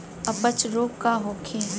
अपच रोग का होखे?